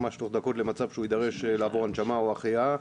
ממש תוך דקות למצב שהוא יידרש לעבור הנשמה או החייאה.